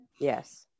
yes